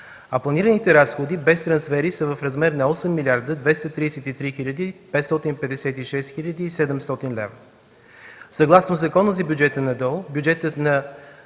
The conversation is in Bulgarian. А планираните разходи, без трансфери, са в размер на 8 млрд. 233 млн. 556 хил. 700 лв. Съгласно Закона за бюджета на ДОО бюджетът на